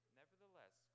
Nevertheless